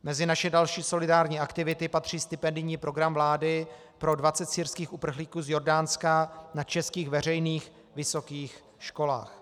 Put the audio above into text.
Mezi naše další solidární aktivity patří stipendijní program vlády pro 20 syrských uprchlíků z Jordánska na českých veřejných vysokých školách.